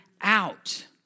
out